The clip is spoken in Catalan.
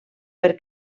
per